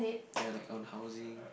ya like on housing